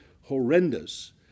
horrendous